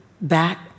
back